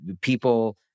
people